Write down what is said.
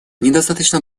недостаточно